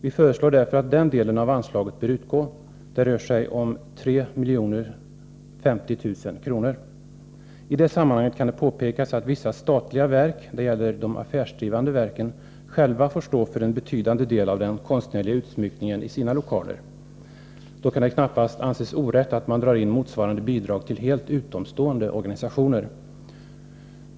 Vi föreslår därför att den delen av anslaget skall utgå. Det rör sig om 3 050 000 kr. I det sammanhanget kan det påpekas att vissa statliga verk — det gäller de affärsdrivande verken — själva får stå för en betydande del av den konstnärliga utsmyckningen i sina lokaler. Då kan det knappast anses orätt att dra in motsvarande bidrag till helt utomstående organisationer.